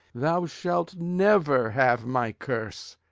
thou shalt never have my curse.